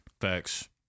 Facts